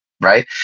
right